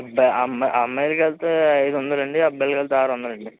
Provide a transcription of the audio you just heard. డా అమ్మా అమ్మాయిలకి అయితే ఐదు వందలండి అబ్బాయిలకి అయితే ఆరు వందలండి